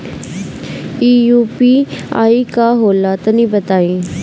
इ यू.पी.आई का होला तनि बताईं?